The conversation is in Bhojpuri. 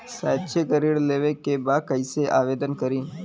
शैक्षिक ऋण लेवे के बा कईसे आवेदन करी?